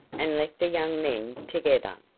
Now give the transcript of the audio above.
and left the young men together.